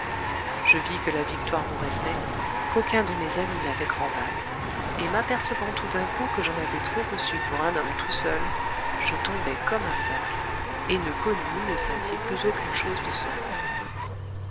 je vis que la victoire nous restait qu'aucun de mes amis n'avait grand mal et m'apercevant tout d'un coup que j'en avais trop reçu pour un homme tout seul je tombai comme un sac et ne connus ni ne sentis plus aucune chose de ce monde